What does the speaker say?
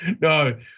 No